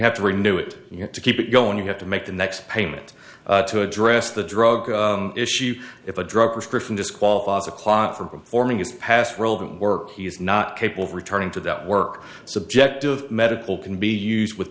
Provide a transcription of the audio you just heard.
have to renew it you have to keep it going you have to make the next payment to address the drug issue if a drug prescription disqualifies a client for performing his past relevant work he is not capable of returning to that work subject of medical can be used with